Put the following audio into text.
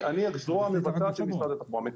אני זרוע מבצעת של משרד התחבורה.